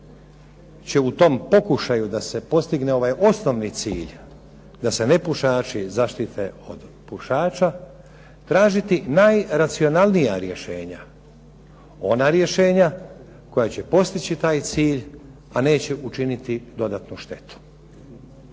će u tom pokušaju da se postigne ovaj osnovni cilj da se nepušači zaštite od pušača tražiti najracionalnija rješenja, ona rješenja koja će postići taj cilj a neće učiniti dodatnu štetu.